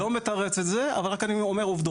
אני לא מתרץ את זה אבל אני אומר עובדות.